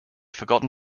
forgotten